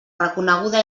reconeguda